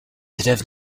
élèves